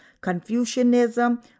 Confucianism